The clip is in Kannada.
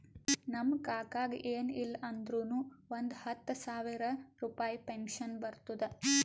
ನಮ್ ಕಾಕಾಗ ಎನ್ ಇಲ್ಲ ಅಂದುರ್ನು ಒಂದ್ ಹತ್ತ ಸಾವಿರ ರುಪಾಯಿ ಪೆನ್ಷನ್ ಬರ್ತುದ್